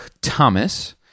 Thomas